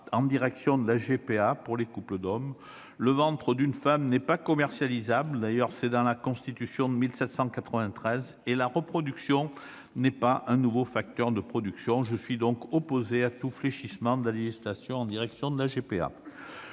en direction de la GPA pour les couples d'hommes. Le ventre d'une femme n'est pas commercialisable- selon les termes mêmes de la Constitution de 1793 -et la reproduction n'est pas un nouveau facteur de production. Je suis donc opposé à tout fléchissement de la législation en direction de la GPA.